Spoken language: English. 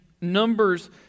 Numbers